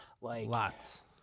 Lots